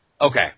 Okay